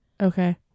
Okay